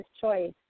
choice